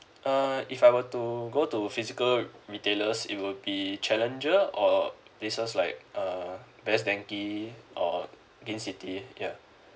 err if I were to go to physical retailers it will be challenger or places like err best denki or gain city ya